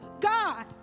God